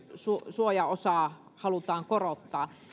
suojaosaa halutaan korottaa